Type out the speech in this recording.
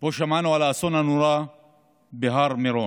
שבו שמענו על האסון הנורא בהר מירון.